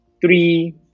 three